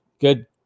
good